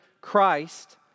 Christ